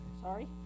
Sorry